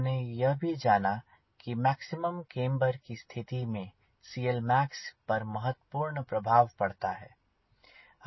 हमने यह भी जाना की मैक्सिमम केम्बर की स्थिति में CLmax पर महत्वपूर्ण प्रभाव पड़ता है